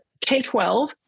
K-12